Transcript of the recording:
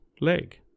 leg